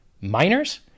Miners